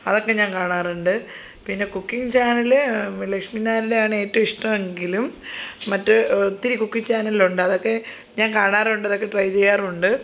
അതൊക്കെ ഞാൻ കാണാറുണ്ട് പിന്നെ കുക്കിങ് ചാനൽ ലക്ഷ്മി നായരുടെയാണ് ഏറ്റും ഇഷ്ടം എങ്കിലും മറ്റ് ഒത്തിരി കുക്കിങ് ചാനലുണ്ട് അതൊക്കെ ഞാൻ കാണാറുണ്ട് അതൊക്കെ ട്രൈ ചെയ്യാറുണ്ട്